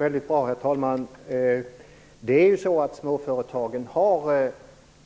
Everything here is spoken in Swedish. Herr talman! Det låter väldigt bra. Småföretagen har ju